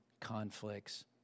conflicts